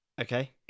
okay